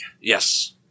Yes